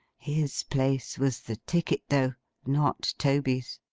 his place was the ticket though not toby's.